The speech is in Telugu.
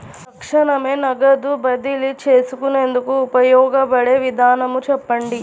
తక్షణమే నగదు బదిలీ చేసుకునేందుకు ఉపయోగపడే విధానము చెప్పండి?